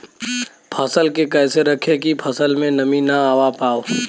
फसल के कैसे रखे की फसल में नमी ना आवा पाव?